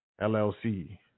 LLC